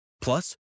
Plus